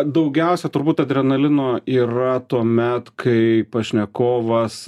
daugiausia turbūt adrenalino yra tuomet kai pašnekovas